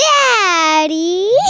Daddy